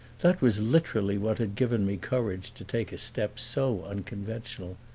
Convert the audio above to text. that was literally what had given me courage to take a step so unconventional.